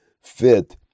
fit